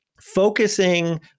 focusing